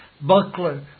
buckler